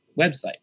website